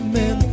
men